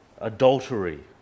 Adultery